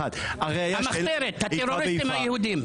המחתרת, הטרוריסטים היהודים.